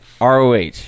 roh